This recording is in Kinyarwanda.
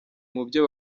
mubyo